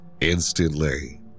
instantly